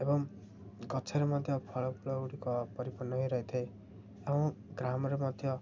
ଏବଂ ଗଛରେ ମଧ୍ୟ ଫଳ ଫୁଲଗୁଡ଼ିକ ପରିପୂର୍ଣ୍ଣ ହେଇ ରହିଥାଏ ଏବଂ ଗ୍ରାମରେ ମଧ୍ୟ